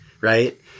right